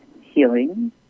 healing